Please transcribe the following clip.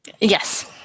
Yes